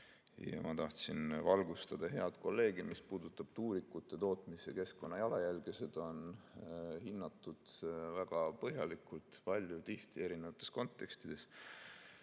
Ma tahtsin teid valgustada, head kolleegid, et mis puudutab tuulikute tootmise keskkonnajalajälge, siis seda on hinnatud väga põhjalikult, palju, tihti, erinevates kontekstides.